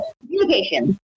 Communication